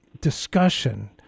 discussion